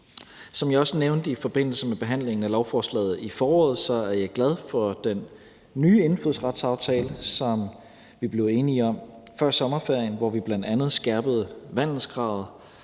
Som jeg også nævnte i forbindelse med behandlingen af lovforslaget i foråret, er jeg glad for den nye indfødsretsaftale, som vi blev enige om før sommerferien, hvor vi bl.a. skærpede vandelskravet,